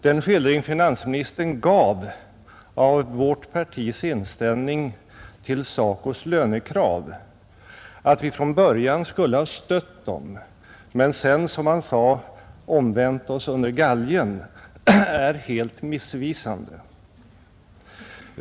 Den skildring som finansministern gav av vårt partis inställning till SACO:s lönekrav, alltså att vi skulle ha stött SACO från början men sedan omvänt oss under galgen, är helt missvisande.